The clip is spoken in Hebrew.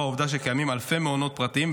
העובדה שקיימים אלפי מעונות פרטיים,